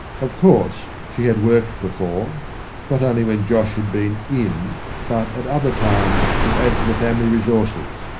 of course, she had worked before not only when josh had been in but at other times, to add to the family resources.